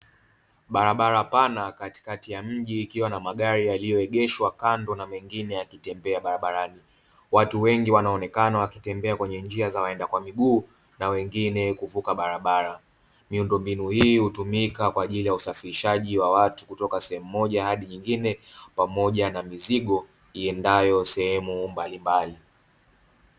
Barabara pana katikati ya mji ikiwa na magari yaliyoegeshwa kando na mengine yakitembea barabarani. Watu wengi wanaonekana wakitembeaa kwenye njia za waenda kwa miguu na wengine kuvuka barabara. Miundombinu hii hutumika kwa ajili ya usafirishaji wa watu kutoka sehemu moja hadi nyingine, pamoja na mizigo iendayo sehemu mbalimbali.